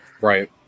Right